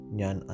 Nyan